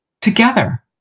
together